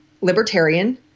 libertarian